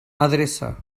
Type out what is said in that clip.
adreça